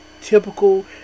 typical